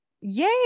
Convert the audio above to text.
Yay